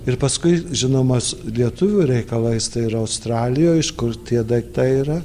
ir paskui žinomas lietuvių reikalais tai ir australijoj iš kur tie daiktai yra